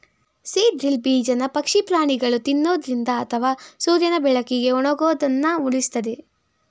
seed drill ಬೀಜನ ಪಕ್ಷಿ ಪ್ರಾಣಿಗಳು ತಿನ್ನೊದ್ರಿಂದ ಅಥವಾ ಸೂರ್ಯನ ಬೆಳಕಿಗೆ ಒಣಗೋದನ್ನ ಉಳಿಸ್ತದೆ